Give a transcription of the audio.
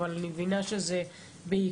אבל אני מבינה שזה בעיכוב.